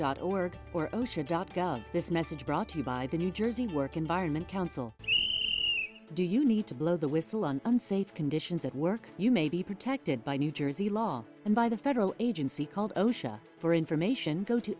dot org or osha dot gov this message brought to you by the new jersey work environment council do you need to blow the whistle on unsafe conditions at work you may be protected by new jersey law and by the federal agency called osha for information go to